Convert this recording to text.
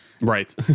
Right